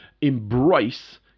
embrace